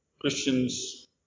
Christians